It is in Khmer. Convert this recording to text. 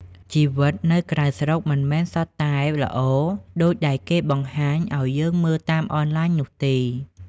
ជីវិតនៅក្រៅស្រុកមិនមែនសុទ្ធតែ "ល្អ" ដូចដែលគេបង្ហាញឱ្យយើងមើលតាមអនឡាញនោះទេ។